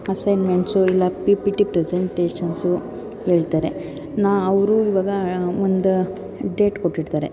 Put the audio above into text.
assignments ಇಲ್ಲ P P T presentations ಹೇಳ್ತಾರೆ ನಾ ಅವರು ಇವಾಗ ಒಂದು ಡೇಟ್ ಕೊಟ್ಟಿರ್ತಾರೆ